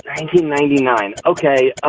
nineteen ninety nine, ok.